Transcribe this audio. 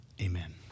Amen